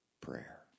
prayer